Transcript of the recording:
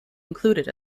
included